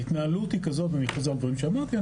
ההתנהלות היא כזאת, ואני חוזר על דברים שאמרתי.